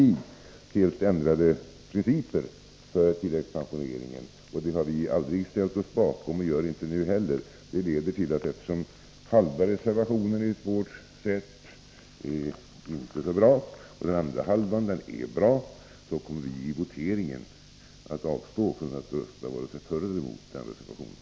Det gäller helt ändrade principer för tilläggspensioneringen, och det har vi aldrig ställt oss bakom och gör det inte nu heller. Eftersom halva reservationen alltså enligt vårt sätt att se inte är så bra och den andra halvan är bra, kommer vi i voteringen att avstå från att rösta vare sig för eller emot reservationen.